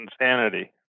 insanity